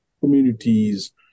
communities